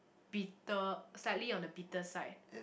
bitter slightly on the bitter side